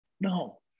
No